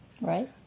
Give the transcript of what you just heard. Right